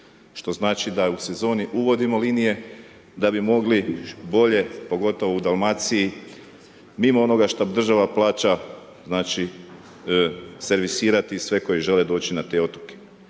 što znači da u sezoni uvodimo linije da bi mogli bolje, pogotovo u Dalmaciji, mimo onoga što država plaća, znači servisirati sve koji želi doći na te otoke.